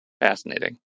Fascinating